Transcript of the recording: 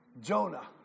Jonah